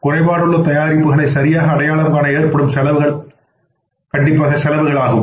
குறைபாடுள்ள தயாரிப்புகளை சரியாக அடையாளம் காண ஏற்படும் செலவுகள் ஆகும்